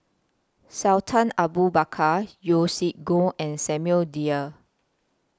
Sultan Abu Bakar Yeo Siak Goon and Samuel Dyer